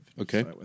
Okay